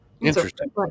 Interesting